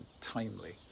timely